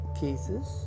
cases